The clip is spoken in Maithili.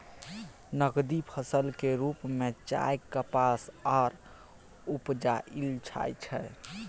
नकदी फसल के रूप में चाय, कपास आर उपजाएल जाइ छै